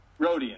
Rodian